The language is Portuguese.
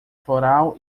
floral